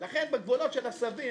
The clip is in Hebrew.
לכן בגבולות של הסביר